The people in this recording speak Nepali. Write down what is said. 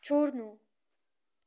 छोड्नु